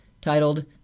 titled